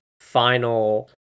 final